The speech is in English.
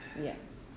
Yes